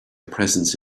presence